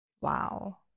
Wow